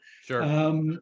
Sure